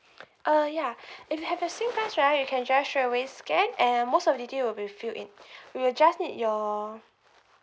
uh ya if you have your Singpass right you can just straightaway scan and most of the details will be filled in we will just need your